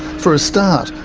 for a start,